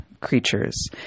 creatures